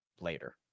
later